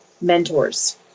mentors